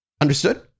Understood